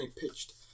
pitched